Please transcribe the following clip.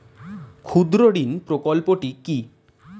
ক্ষুদ্রঋণ প্রকল্পটি কি?